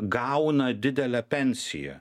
gauna didelę pensiją